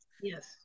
Yes